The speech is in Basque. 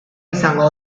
izango